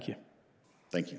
you thank you